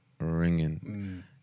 ringing